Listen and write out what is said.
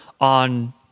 on